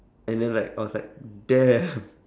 and then like I was like damn